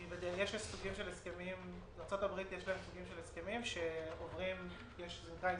כי בארצות הברית יש סוגים של הסכמים שעוברים אגרימנט,